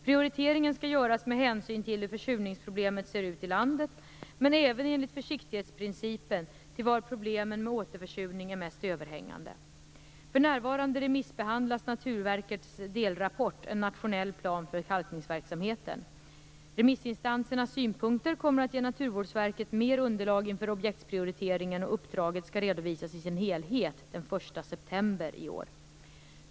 Prioriteringen skall göras med hänsyn till hur försurningsproblemet ser ut i landet, men även - enligt försiktighetsprincipen - till var problemen med återförsurning är mest överhängande. För närvarande remissbehandlas Naturvårdsverkets delrapport En nationell plan för kalkningsverksamheten. Remissinstansernas synpunkter kommer att ge Naturvårdsverket mer underlag inför objektsprioriteringen, och uppdraget skall redovisas i sin helhet den 1 september 1997.